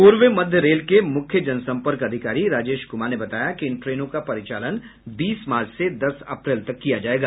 पूर्व मध्य रेल के मुख्य जनसंपर्क अधिकारी राजेश कुमार ने बताया कि इन ट्रेनों का परिचालन बीस मार्च से दस अप्रैल तक किया जायेगा